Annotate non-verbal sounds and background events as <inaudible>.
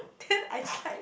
<laughs> then I find